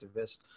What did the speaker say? activist